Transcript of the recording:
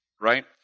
right